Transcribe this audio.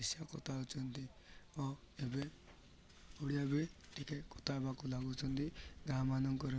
ଦେଶିଆ କଥା ହେଉଛନ୍ତି ଓ ଏବେ ଓଡ଼ିଆ ବି ଟିକେ କଥା ହେବାକୁ ଲାଗୁଛନ୍ତି ଗାଁମାନଙ୍କରେ